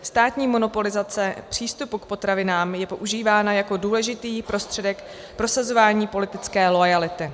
Státní monopolizace přístupu k potravinám je používána jako důležitý prostředek prosazování politické loajality.